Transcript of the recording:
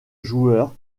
joueur